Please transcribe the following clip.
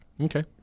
Okay